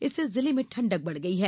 इससे जिले में ठंडक बढ़ गई है